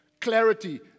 clarity